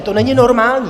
To není normální.